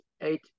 eight